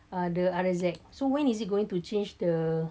uh the R_X_Z so when is it going to change the